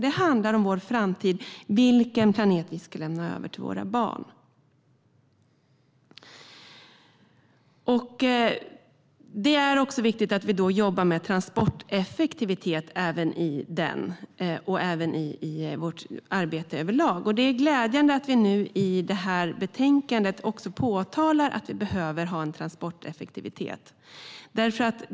Det handlar om vår framtid och vilken planet vi ska lämna över till våra barn. Det är också viktigt att vi överlag jobbar med transporteffektivitet. Det är glädjande att vi i det här betänkandet också framhåller att det behövs en transporteffektivitet.